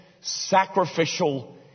sacrificial